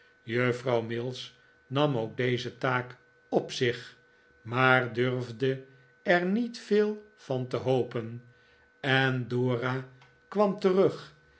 juffrouw mills nam ook deze taak op zich maar durfde er niet veel van te hopen en dora kwam terug